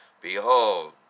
Behold